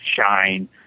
shine